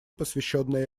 посвященное